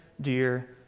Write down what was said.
dear